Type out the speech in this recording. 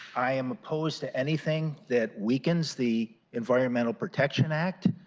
i'm opposed to anything that weakens the environmental protection act,